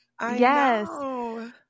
Yes